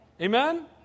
Amen